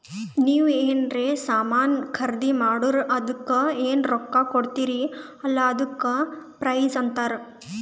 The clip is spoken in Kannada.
ನೀವ್ ಎನ್ರೆ ಸಾಮಾನ್ ಖರ್ದಿ ಮಾಡುರ್ ಅದುಕ್ಕ ಎನ್ ರೊಕ್ಕಾ ಕೊಡ್ತೀರಿ ಅಲ್ಲಾ ಅದಕ್ಕ ಪ್ರೈಸ್ ಅಂತಾರ್